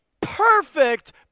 perfect